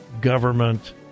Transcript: government